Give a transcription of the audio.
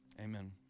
Amen